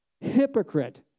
Hypocrite